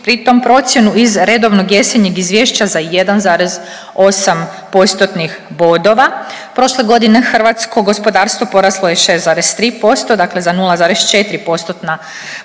pri tome procjenu iz redovnog jesenjeg izvješća za 1,8%-tnih bodova. Prošle godine hrvatsko gospodarstvo poraslo je 6,3%. Dakle za 0,4%-tna